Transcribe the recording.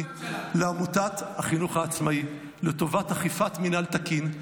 לעמותת החינוך העצמאי לטובת אכיפת מינהל תקין,